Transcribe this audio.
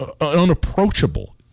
unapproachable